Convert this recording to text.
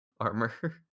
armor